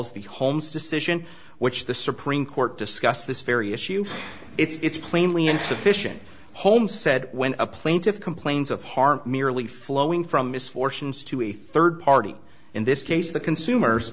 as the home's decision which the supreme court discussed this very issue it's plainly insufficient holmes said when a plaintiff complains of harm merely flowing from misfortunes to a third party in this case the consumers